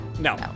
No